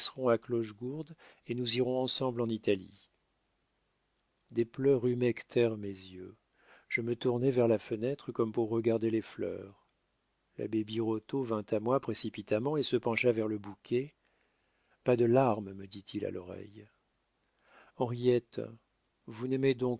à clochegourde et nous irons ensemble en italie des pleurs humectèrent mes yeux je me tournai vers la fenêtre comme pour regarder les fleurs l'abbé birotteau vint à moi précipitamment et se pencha vers le bouquet pas de larmes me dit-il à l'oreille henriette vous